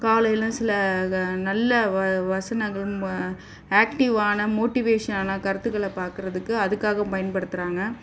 காலையில் சில க நல்ல வ வசனங்கள் ம ஆக்டிவ்வான மோட்டிவேஷனான கருத்துகளை பார்க்கறதுக்கு அதுக்காக பயன்படுத்துகிறாங்க